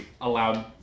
allowed